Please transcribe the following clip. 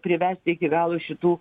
privesti iki galo šitų